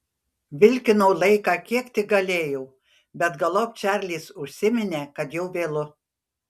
vilkinau laiką kiek tik galėjau bet galop čarlis užsiminė kad jau vėlu